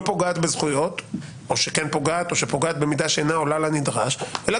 פוגעת בזכויות או כן פוגעת או פוגעת במידה שאינה עולה על הנדרש אלא